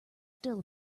still